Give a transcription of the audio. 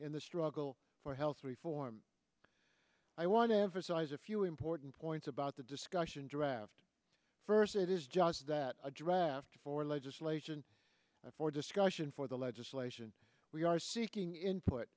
in the struggle for health reform i want to emphasize a few important points about the discussion draft first it is just that a draft for legislation for discussion for the legislation we are seeking input